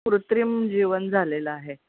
कृत्रिम जीवन झालेलं आहे